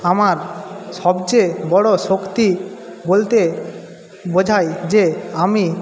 আমার সবচেয়ে বড়ো শক্তি বলতে বোঝায় যে আমি